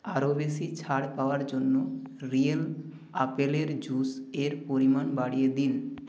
আরও বেশি ছাড় পাওয়ার জন্য রিয়েল আপেলের জুস এর পরিমাণ বাড়িয়ে দিন